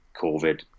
COVID